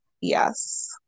Yes